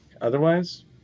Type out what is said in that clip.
otherwise